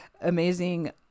amazing